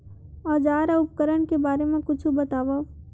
औजार अउ उपकरण के बारे मा कुछु बतावव?